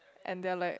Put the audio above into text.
and they're like